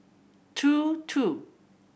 two two